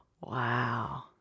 Wow